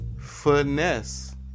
Finesse